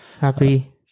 Happy